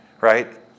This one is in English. Right